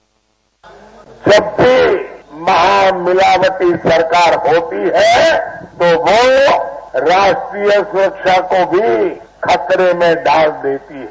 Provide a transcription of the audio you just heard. bite जब भी महामिलावटी सरकार होती है तो वह राष्ट्रीय सुरक्षा को भी खतरे में डाल देती है